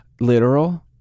literal